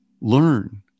Learn